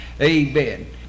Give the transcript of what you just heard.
amen